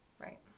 Right